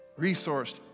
Resourced